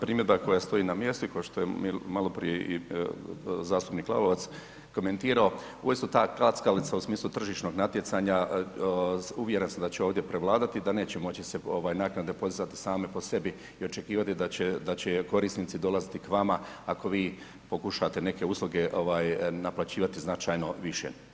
Primjedba koja stoji na mjestu i kao što je maloprije zastupnik Lalovac komentirao, … klackalica u smislu tržišnog natjecanja uvjeren sam da će ovdje prevladati i da neće moći se naknade podizati same po sebi i očekivati da će korisnici dolaziti k vama ako vi pokušate neke usluge naplaćivati značajno više.